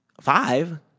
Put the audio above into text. five